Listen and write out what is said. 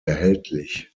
erhältlich